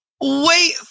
Wait